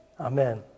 Amen